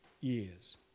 years